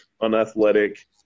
unathletic